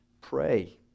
Pray